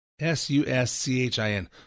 S-U-S-C-H-I-N